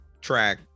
track